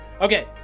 Okay